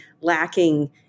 lacking